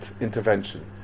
intervention